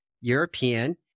European